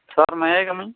sir may I come in